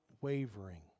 wavering